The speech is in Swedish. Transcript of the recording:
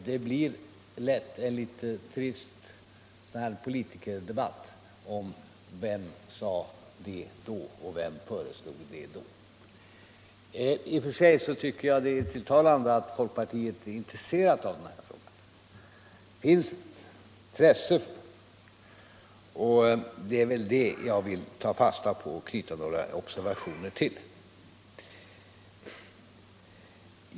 Det blir lätt litet trist med en politikerdebatt om vem som sade det då och vem som föreslog det då. I och för sig tycker jag att det är tilltalande att folkpartiet är intresserat av denna fråga, och det är det jag vill ta fasta på och knyta några observationer till.